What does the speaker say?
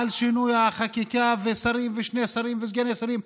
על שינוי החקיקה ושרים ושני שרים וסגני שרים,